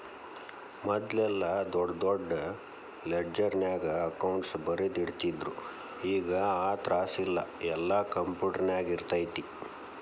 ಮದ್ಲೆಲ್ಲಾ ದೊಡ್ ದೊಡ್ ಲೆಡ್ಜರ್ನ್ಯಾಗ ಅಕೌಂಟ್ಸ್ ಬರ್ದಿಟ್ಟಿರ್ತಿದ್ರು ಈಗ್ ಆ ತ್ರಾಸಿಲ್ಲಾ ಯೆಲ್ಲಾ ಕ್ಂಪ್ಯುಟರ್ನ್ಯಾಗಿರ್ತೆತಿ